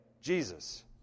Jesus